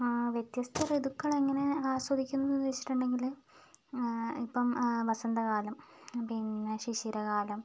വ്യത്യസ്ത ഋതുക്കൾ എങ്ങനെ ആസ്വദിക്കും എന്ന് വെച്ചിട്ടുണ്ടെങ്കില് ഇപ്പം വസന്ത കാലം പിന്നെ ശിശിര കാലം